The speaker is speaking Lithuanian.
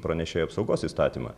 pranešėjų apsaugos įstatymą